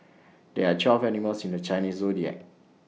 there are twelve animals in the Chinese Zodiac